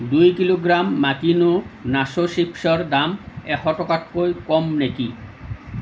দুই কিলোগ্ৰাম মাকিনো নাছো চিপ্ছৰ দাম এশ টকাতকৈ কম নেকি